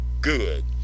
good